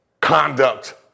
Conduct